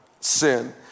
sin